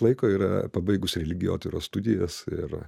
laiko yra pabaigus religijotyros studijas ir